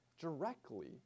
directly